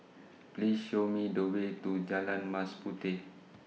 Please Show Me The Way to Jalan Mas Puteh